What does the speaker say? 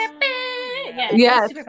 Yes